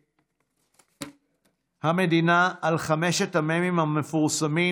המדינה לחמשת המ"מים המפורסמים,